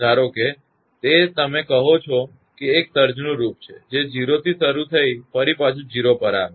ધારો કે તે તમે જે કહો છો તે એક સર્જનું રૂપ છે જે 0 થી શરૂ થઇ અને ફરી પાછુ 0 પર આવે છે